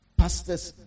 pastor's